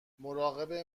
مراقب